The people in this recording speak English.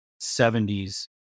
70s